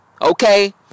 Okay